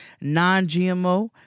non-GMO